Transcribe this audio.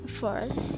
first